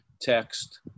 Text